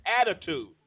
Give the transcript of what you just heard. attitude